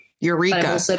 Eureka